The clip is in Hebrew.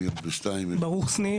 אני ברוך שניר,